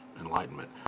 enlightenment